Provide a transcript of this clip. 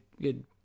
good